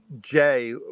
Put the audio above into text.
Jay